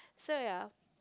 so ya